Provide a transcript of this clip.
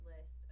list